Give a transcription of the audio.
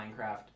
Minecraft